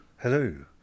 Hello